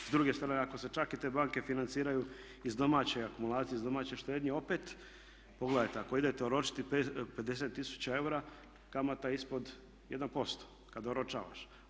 S druge strane ako se čak i te banke financiraju iz domaće akumulacije, iz domaće štednje opet pogledajte ako idete oročiti 50 000 eura kamata je ispod 1% kad oročavaš.